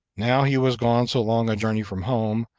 now he was gone so long a journey from home,